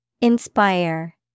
Inspire